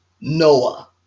Noah